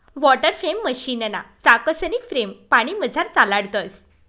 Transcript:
water frame मशीनना चाकसनी frame पानीमझार चालाडतंस